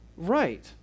right